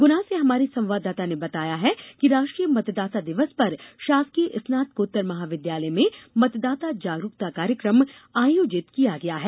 गुना से हमारे संवाददाता ने बताया है कि राष्ट्रीय मतदाता दिवस पर शासकीय स्नातकोत्तर महाविद्यालय में मतदाता जागरूकता कार्यक्रम आयोजित किया गया है